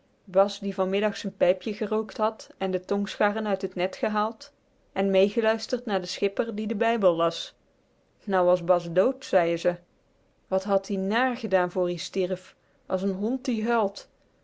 bas die vanmiddag z'n pijpje gerookt had en de tongscharren uit t net gehaald en meêgeluisterd naar den schipper die den bijbel las nou was bas dd zeien ze wat had-ie nààr gedaan voor ie stierf as n hond die huilt